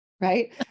Right